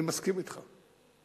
אני מסכים אתך.